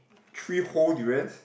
three whole durians